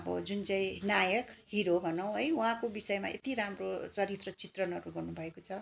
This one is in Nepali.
अब जुन चाहिँ नायक हिरो भनौँ है उहाँको विषयमा यति राम्रो चरित्र चित्रणहरू गर्नु भएको छ